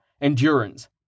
endurance